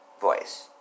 voice